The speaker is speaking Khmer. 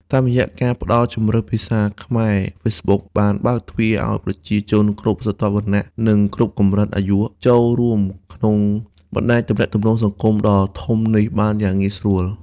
តាមរយៈការផ្តល់ជម្រើសភាសាខ្មែរ Facebook បានបើកទ្វារឲ្យប្រជាជនកម្ពុជាគ្រប់ស្រទាប់វណ្ណៈ និងគ្រប់កម្រិតអាយុ អាចចូលរួមក្នុងបណ្តាញទំនាក់ទំនងសង្គមដ៏ធំនេះបានយ៉ាងងាយស្រួល។